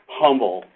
humble